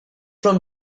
from